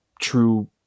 true